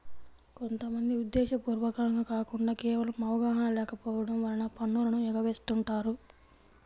కొంత మంది ఉద్దేశ్యపూర్వకంగా కాకుండా కేవలం అవగాహన లేకపోవడం వలన పన్నులను ఎగవేస్తుంటారు